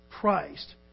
Christ